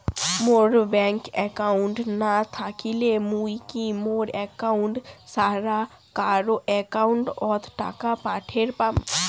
মোর bank account না থাকিলে মুই কি মোর একাউন্ট ছাড়া কারো একাউন্ট অত টাকা পাঠের পাম?